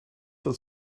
that